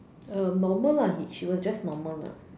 um normal lah he she was just normal lah